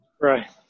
right